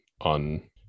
on